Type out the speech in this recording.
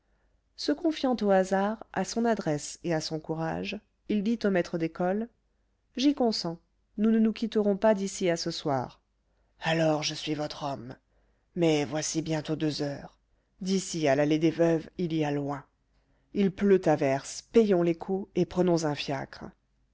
se confiant au hasard à son adresse et à son courage il dit au maître d'école j'y consens nous ne nous quitterons pas d'ici à ce soir alors je suis votre homme mais voici bientôt deux heures d'ici à l'allée des veuves il y a loin il pleut à verse payons l'écot et prenons un fiacre